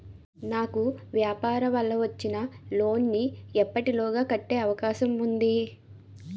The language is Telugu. నాకు వ్యాపార వల్ల వచ్చిన లోన్ నీ ఎప్పటిలోగా కట్టే అవకాశం ఉంది?